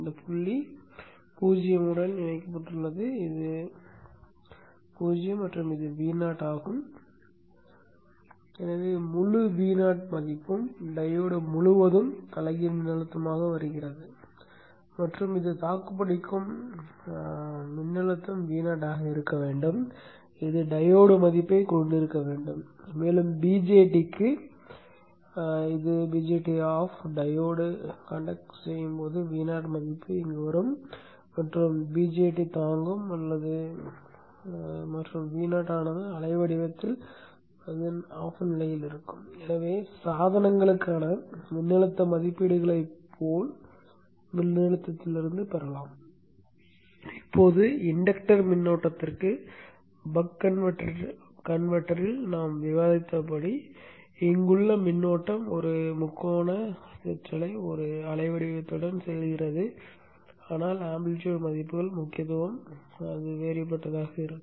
இந்த புள்ளி 0 உடன் இணைக்கப்பட்டுள்ளது இது 0 மற்றும் இது Vo ஆகும் எனவே முழு Vo மதிப்பும் டையோடு முழுவதும் தலைகீழ் மின்னழுத்தமாக வருகிறது மற்றும் தாக்குப்பிடிக்கும் மதிப்புகள் முக்கியத்துவம் வேறுபட்டதாக இருக்கும்